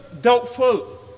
doubtful